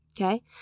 Okay